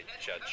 judge